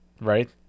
right